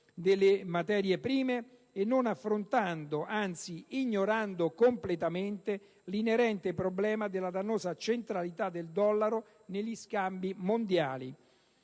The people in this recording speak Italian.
delle materie prime e non affrontando, anzi ignorando completamente, l'inerente problema della dannosa centralità del dollaro negli scambi mondiali.